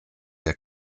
der